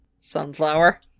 sunflower